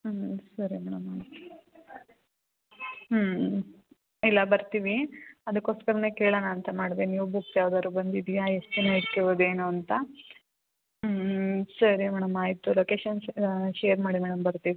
ಹ್ಞೂ ಸರಿ ಮೇಡಮ್ ಹ್ಞೂ ಇಲ್ಲ ಬರ್ತೀವಿ ಅದಕ್ಕೋಸ್ಕರವೆ ಕೇಳೋಣ ಅಂತ ಮಾಡಿದೆ ನ್ಯೂ ಬುಕ್ಸ್ ಯಾವ್ದಾದ್ರು ಬಂದಿದೆಯಾ ಎಷ್ಟು ದಿನ ಇಟ್ಕೋಬೋದು ಏನು ಅಂತ ಹ್ಞೂ ಸರಿ ಮೇಡಮ್ ಆಯಿತು ಲೊಕೇಶನ್ಸ್ ಶೇರ್ ಮಾಡಿ ಮೇಡಮ್ ಬರ್ತೀವಿ